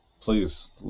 Please